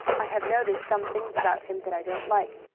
i have noticed some things about him that i don't like.